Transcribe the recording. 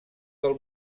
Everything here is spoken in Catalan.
del